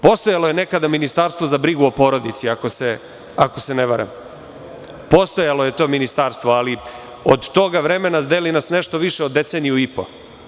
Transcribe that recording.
Postojalo je nekada Ministarstvo za brigu o porodici, ako se ne varam, postojalo je to ministarstvo, ali od tog vremena deli nas nešto više od deceniju i po.